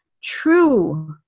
true